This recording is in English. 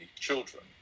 children